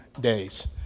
days